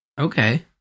Okay